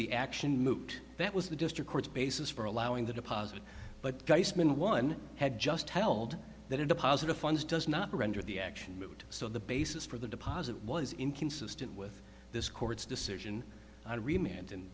the action moot that was the district court's basis for allowing the deposit but one had just held that a deposit of funds does not render the action moot so the basis for the deposit was inconsistent with this court's decision i remained